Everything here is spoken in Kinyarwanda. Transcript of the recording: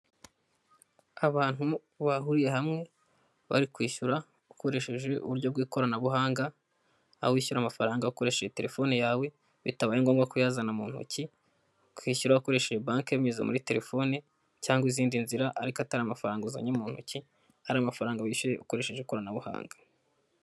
Abantu bahuriye hamwe bari kwishyura ukoresheje uburyo bw'ikoranabuhanga aho wishyura amafaranga ukoresheje telefone yawe bitabaye ngombwa kuyazana mu ntoki kwishyura ukoresheje binyuze muri telefone cyangwa izindi nzira ariko atari amafaranga uzanye mu ntoki ari amafaranga wishyuye ukoresheje ikoranabuhanga.